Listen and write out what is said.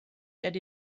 that